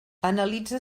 analitza